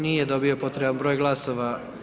Nije dobio potreban broj glasova.